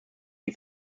die